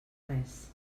res